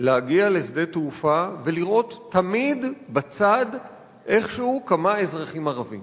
צריך לבדוק טוב-טוב לפני שאתה עולה למטוס.